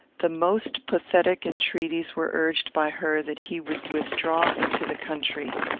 the most pathetic entreaties were urged by her that he would withdraw into the country.